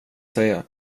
säga